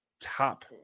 top